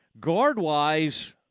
guard-wise